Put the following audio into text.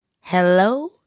hello